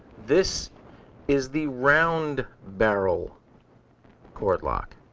this is the round barrel cord lock.